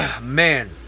Man